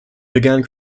began